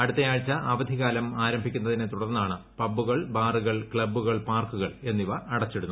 അടുത്തയാഴ്ച അവധിക്കാലം ആരംഭിക്കുന്നതിനെ തുടർന്നാണ് പബുകൾ ബാറുകൾ ക്ലബുകൾ പാർക്കുകൾ എന്നിവ അടച്ചിടുന്നത്